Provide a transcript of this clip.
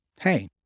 Hey